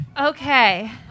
Okay